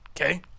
Okay